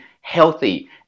healthy